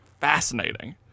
fascinating